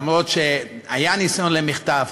אף שהיה ניסיון למחטף,